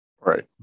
Right